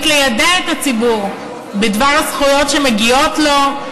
ליידע את הציבור בדבר הזכויות שמגיעות לו,